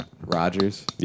Rodgers